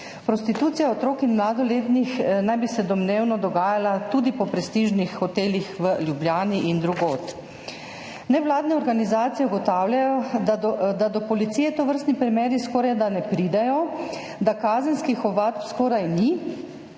Prostitucija otrok in mladoletnih naj bi se domnevno dogajala tudi po prestižnih hotelih v Ljubljani in drugod. Nevladne organizacije ugotavljajo, da do policije tovrstni primeri skorajda ne pridejo, da kazenskih ovadb skoraj ni